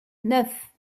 neuf